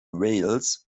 wales